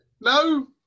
No